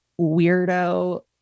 weirdo